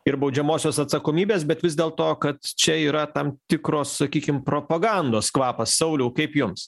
ir baudžiamosios atsakomybės bet vis dėl to kad čia yra tam tikros sakykim propagandos kvapas sauliau kaip jums